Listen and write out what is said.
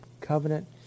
covenant